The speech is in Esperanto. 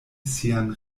sian